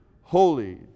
holy